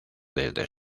desde